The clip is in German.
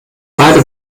beide